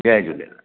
Jay Jhulelal